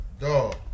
Dog